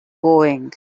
going